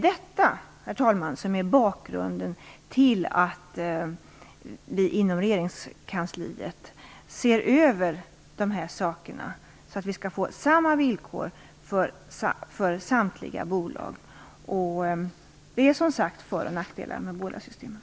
Detta, herr talman, är bakgrunden till att vi inom regeringskansliet ser över den här frågan så att vi får samma villkor för samtliga bolag. Det finns, som sagt, för och nackdelar med båda systemen.